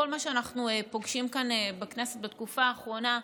כל מה שאנחנו פוגשים כאן בכנסת בתקופה האחרונה,